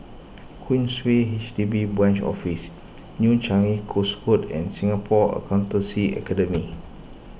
Queensway H D B Branch Office New Changi Coast Road and Singapore Accountancy Academy